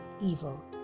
evil